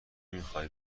میخوایی